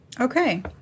Okay